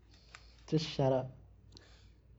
just shut